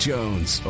Jones